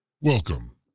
Welcome